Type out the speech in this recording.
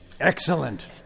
Excellent